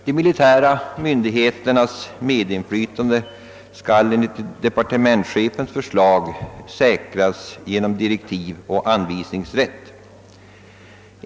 De militära myndigheternas medinflytande skall enligt departementschefens förslag säkras genom direktivoch anvisningsrätt.